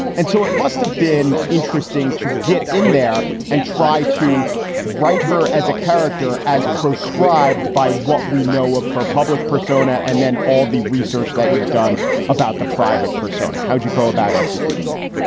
and so it must have been interesting to get in there and try to write her as a character, as proscribed by what we know of her public persona. and then all the research that you've done about the private persona, how do you go about executing that?